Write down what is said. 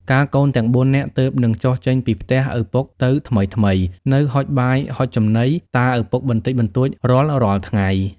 កាលកូនទាំង ៤ នាក់ ទើបនឹងចុះចេញពីផ្ទះឪពុកទៅថ្មីៗ នៅហុចបាយហុចចំណី តាឪពុកបន្តិចបន្តួចរាល់ៗថ្ងៃ។